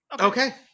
Okay